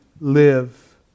live